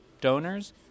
donors